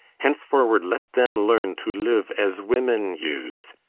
henceforward let them learn to live as women use,